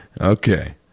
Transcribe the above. Okay